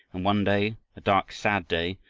and one day, a dark, sad day,